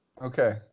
Okay